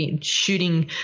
shooting